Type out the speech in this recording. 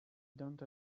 don’t